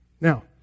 Now